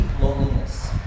loneliness